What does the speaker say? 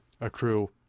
accrue